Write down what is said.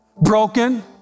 broken